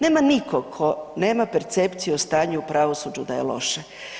Nema niko ko nema percepciju o stanju u pravosuđu da je loše.